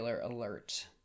alert